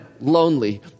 lonely